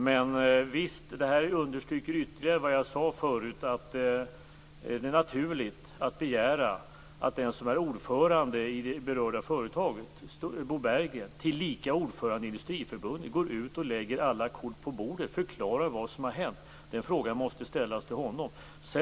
Men visst understryker detta det jag sade tidigare. Det är naturligt att begära att den som är ordförande i det berörda företaget, Bo Berggren - tillika ordförande i Industriförbundet - går ut och lägger alla kort på bordet och förklarar vad som har hänt. Frågan måste ställas till honom.